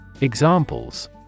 Examples